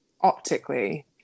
optically